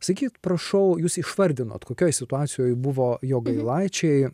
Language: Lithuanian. sakykit prašau jūs išvardinot kokioj situacijoj buvo jogailaičiai